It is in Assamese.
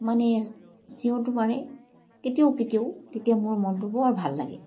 মানে চিঞৰটো মাৰে তেতিয়া মোৰ মনটো বৰ ভাল লাগে